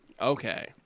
Okay